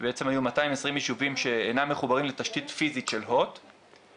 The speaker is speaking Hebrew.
היו 220 יישובים שאינם מחוברים לתשתית פיזית של הוט,